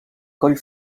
coll